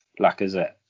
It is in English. Lacazette